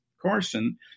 Carson